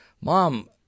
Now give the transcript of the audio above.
mom